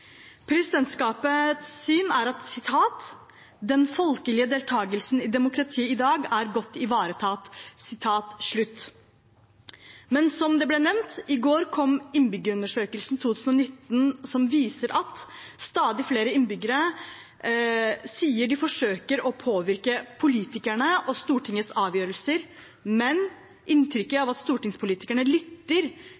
Presidentskapets syn er at «den folkelige deltakelsen i demokratiet i dag er godt ivaretatt.» Men som det ble nevnt, i går kom innbyggerundersøkelsen 2019, som viser at stadig flere innbyggere sier de forsøker å påvirke politikerne og Stortingets avgjørelser, men inntrykket